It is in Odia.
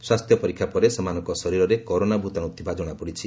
ସ୍ୱାସ୍ଥ୍ୟ ପରୀକ୍ଷା ପରେ ସେମାନଙ୍କ ଶରୀରରେ କରୋନା ଭୂତାଣୁ ଥିବା ଜଣାପଡ଼ିଛି